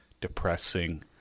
depressing